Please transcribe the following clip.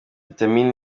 vitamin